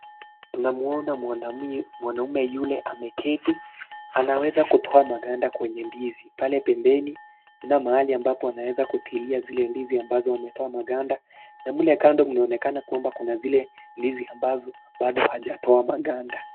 Tunamwona mwanami mwanaume yule ameketi anaweza kutoa maganda kwenye ndizi pale pembeni tunaona mahali ambapo anaweza kutilia zile ndizi ambazo ametoa maganda na mle kando mnaonekana kuna zile ndizi ambazo bado hajatoa maganda.